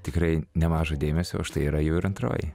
tikrai nemažo dėmesio o štai yra jau ir antroji